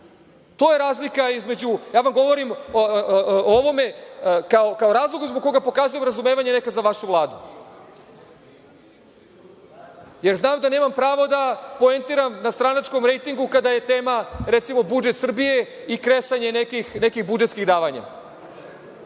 To je razlika između, vama govorim o onome kao razloge zbog kojih pokazujem razumevanje neko za vašu Vladu, jer znam da nemam pravo da poentiram na stranačkom rejtingu kada je tema, recimo, budžet Srbije i kresanje nekih budžetskih davanja. Kada